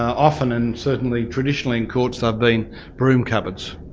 often, and certainly traditionally in courts, they've been broom cupboards.